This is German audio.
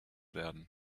werden